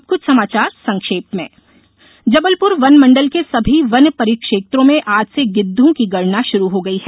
अब कुछ समाचार संक्षेप में जबलपुर वन मंडल के सभी वन परिक्षेत्रों में आज से गिद्वों की गणना शुरू हो गई है